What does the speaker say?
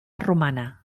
romana